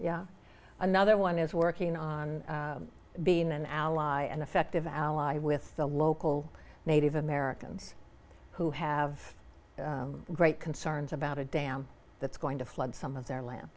yeah another one is working on being an ally and effective ally with the local native americans who have great concerns about a dam that's going to flood some of their land